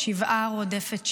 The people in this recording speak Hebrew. שבעה רודפת שבעה,